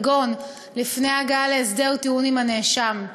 כגון לפני הגעה להסדר טיעון עם הנאשם.